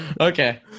Okay